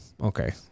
okay